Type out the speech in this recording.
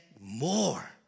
more